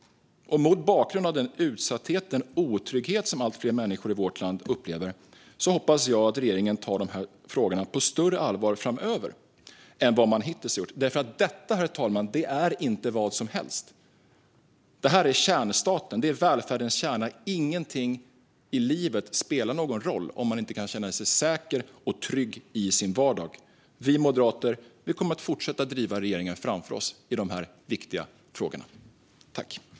Mot bakgrund av den utsatthet och den otrygghet som allt fler människor i vårt land upplever hoppas jag att regeringen tar dessa frågor på större allvar framöver än vad man hittills har gjort, därför att detta inte är vad som helst. Detta är kärnstaten; det är välfärdens kärna. Ingenting i livet spelar någon roll om man inte kan känna sig säker och trygg i sin vardag. Vi moderater kommer att fortsätta att driva regeringen framför oss i dessa viktiga frågor.